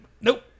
nope